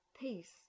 peace